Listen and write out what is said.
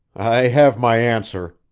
i have my answer,